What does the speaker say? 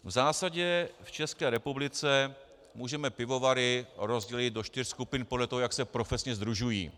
V zásadě v České republice můžeme pivovary rozdělit do čtyř skupiny podle toho, jak se profesně sdružují.